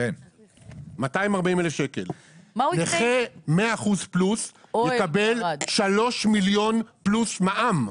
240,000. נכה 100%+ יקבל 3 מיליון פלוס מע"מ.